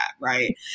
right